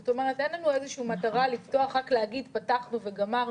זאת אומרת אין לנו איזה שהיא מטרה לפתוח ורק להגיד שפתחנו וגמרנו.